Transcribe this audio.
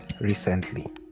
recently